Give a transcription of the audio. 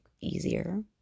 easier